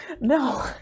No